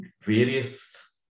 various